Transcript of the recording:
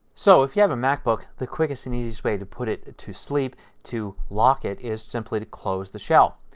so if you have a macbook the quickest and easiest way to put it to sleep to lock it is simply to close the shell.